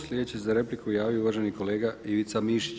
Sljedeći se za repliku javio uvaženi kolega Ivica Mišić.